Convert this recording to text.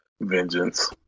Vengeance